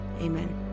Amen